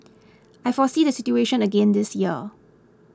I foresee the situation again this year